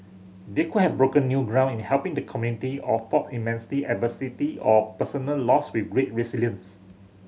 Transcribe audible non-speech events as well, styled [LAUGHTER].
they could have broken new ground in helping the community or fought immense [UNINTELLIGIBLE] adversity or personal loss with great resilience